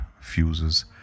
fuses